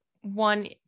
one